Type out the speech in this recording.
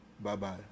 Bye-bye